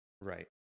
Right